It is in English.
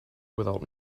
without